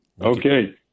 Okay